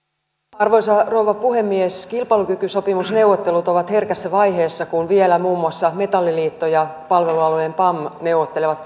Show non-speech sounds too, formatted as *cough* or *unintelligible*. arvoisa rouva puhemies kilpailukykysopimusneuvottelut ovat herkässä vaiheessa kun vielä muun muassa metalliliitto ja palvelualojen pam neuvottelevat *unintelligible*